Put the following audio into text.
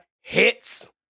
hits